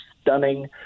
stunning